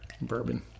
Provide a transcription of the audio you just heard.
Bourbon